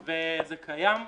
וזה קיים.